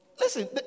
Listen